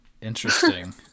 Interesting